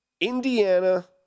Indiana